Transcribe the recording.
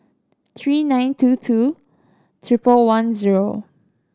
three nine two two triple one zero